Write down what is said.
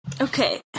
Okay